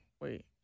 wait